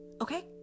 okay